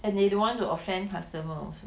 and they don't want to offend customer also